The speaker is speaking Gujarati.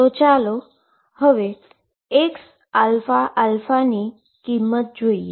તો ચાલો હવે xαα ની વેલ્યુ જોઈએ